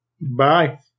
Bye